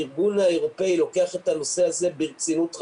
הארגון האירופאי לוקח את הנושא הזה ברצינות רבה.